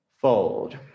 Fold